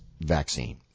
vaccine